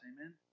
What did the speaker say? amen